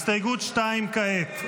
2. הסתייגות 2 כעת.